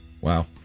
Wow